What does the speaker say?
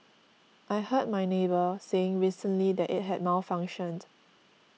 I heard my neighbour saying recently that it had malfunctioned